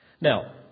Now